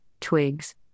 twigs